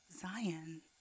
Zion